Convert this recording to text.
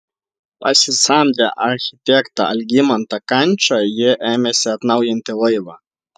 pasisamdę architektą algimantą kančą jie ėmėsi atnaujinti laivą